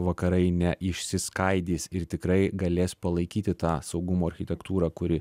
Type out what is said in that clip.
vakarai ne išsiskaidys ir tikrai galės palaikyti tą saugumo architektūrą kuri